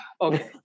Okay